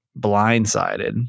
blindsided